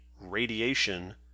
radiation